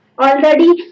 already